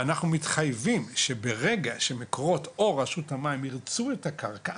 ואנחנו מתחייבים שברגע שמקורות או רשות המים ירצו את הקרקע,